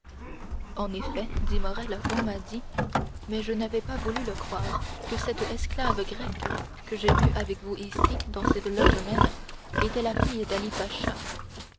en effet dit morrel on m'a dit mais je n'avais pas voulu le croire que cette esclave grecque que j'ai vue avec vous ici dans cette loge même était la fille d'ali-pacha